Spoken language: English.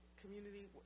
community